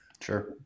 sure